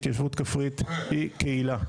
התיישבות כפרית היא קהילה.